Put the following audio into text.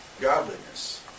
godliness